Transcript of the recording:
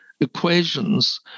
equations